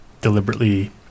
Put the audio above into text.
deliberately